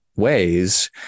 ways